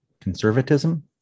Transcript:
Conservatism